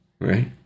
right